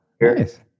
Nice